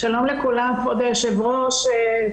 שלום לכולם, אני